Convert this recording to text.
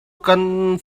kan